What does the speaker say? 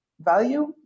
value